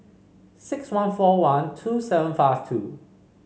six one four one two seven five two